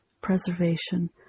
preservation